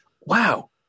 wow